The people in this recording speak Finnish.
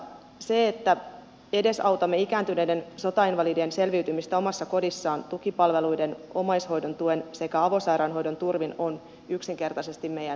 se että edesautamme ikääntyneiden sotainvalidien selviytymistä omassa kodissaan tukipalveluiden omaishoidon tuen sekä avosairaanhoidon turvin on yksinkertaisesti meidän velvollisuutemme